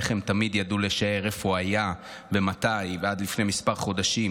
איך הם תמיד ידעו לשער איפה הוא היה ומתי ו'עד לפני מספר חודשים'